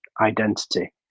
identity